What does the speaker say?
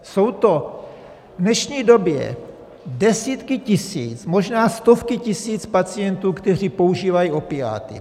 Jsou to v dnešní době desítky tisíc, možná stovky tisíc pacientů, kteří používají opiáty.